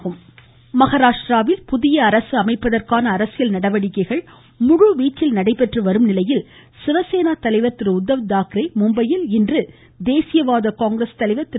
ம் ம் ம் ம் ம மகாராஷ்ட்ரா மகாராஷ்ட்ராவில் புதிய அரசு அமைப்பதற்கான அரசியல் நடவடிக்கைகள் முழுவீச்சில் நடைபெற்றுவரும் நிலையில் சிவசேனா தலைவர் உத்தவ் தாக்கரே மும்பையில் இன்று தேசியவாத காங்கிரஸ் கட்சி தலைவர் திரு